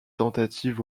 tentatives